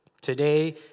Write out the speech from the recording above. Today